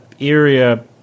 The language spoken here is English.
area